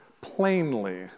plainly